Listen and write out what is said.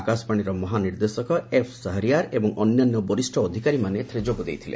ଆକାଶବାଣୀର ମହାନିର୍ଦ୍ଦେଶକ ଏଫ୍ସହରିଆର ଏବଂ ଅନ୍ୟାନ୍ୟ ବରିଷ୍ଣ ଅଧିକାରୀମାନେ ଯୋଗଦେଇଥିଲେ